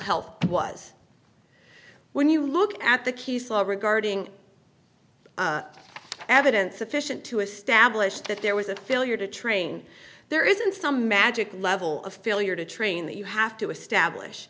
health was when you look at the kiesel regarding evidence sufficient to establish that there was a failure to train there isn't some magic level of failure to train that you have to establish